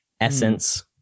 essence